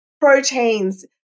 proteins